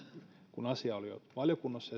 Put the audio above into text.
kun asia oli jo valiokunnassa